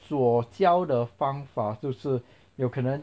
所教的方法就是有可能